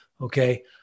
Okay